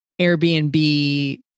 Airbnb